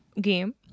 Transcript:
game